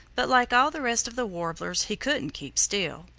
but like all the rest of the warblers he couldn't keep still.